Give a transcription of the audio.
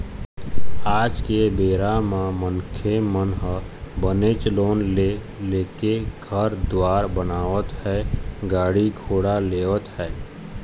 आज के बेरा म मनखे मन ह बनेच लोन ले लेके घर दुवार बनावत हे गाड़ी घोड़ा लेवत हें